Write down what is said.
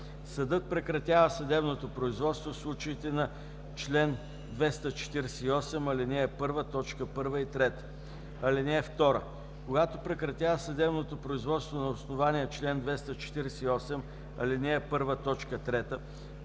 Съдът прекратява съдебното производство в случаите на чл. 248, ал. 1, т. 1 и 3. (2) Когато прекратява съдебното производство на основание чл. 248, ал. 1,